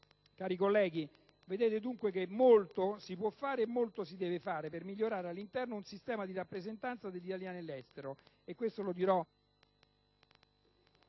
Cari colleghi, vedete dunque che molto si può fare e molto si deve fare per migliorare all'interno un sistema di rappresentanza degli italiani all'estero. Questo lo dirò